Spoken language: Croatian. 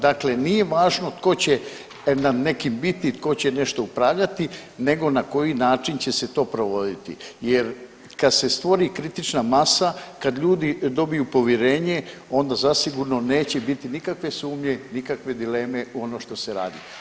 Dakle, nije važno tko će nam neki biti, tko će nešto upravljati nego na koji način će se to provoditi jer kada se stvori kritična masa, kad ljudi dobiju povjerenje onda zasigurno neće biti nikakve sumnje, nikakve dileme u ono što se radi.